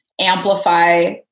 amplify